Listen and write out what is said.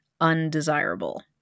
undesirable